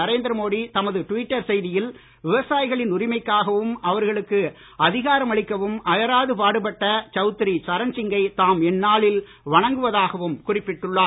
நரேந்திர மோடி தமது ட்விட்டர் செய்தியில் விவசாயிகளின் உரிமைக்காகவும் அவர்களுக்கு அதிகாரமளிக்கவும் அயராது பாடுபட்ட சவுத்ரி சரண் சிங்கை தாம் இந்நாளில் வணங்குவதாகவும் குறிப்பிட்டுள்ளார்